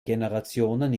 generationen